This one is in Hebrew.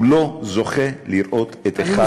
הוא לא זוכה לראות את אחיו,